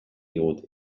digute